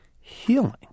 healing